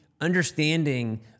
understanding